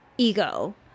Ego